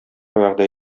вәгъдә